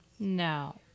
No